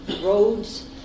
roads